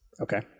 Okay